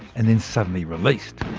and then suddenly released.